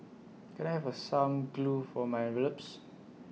can I have A some glue for my envelopes